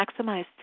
maximized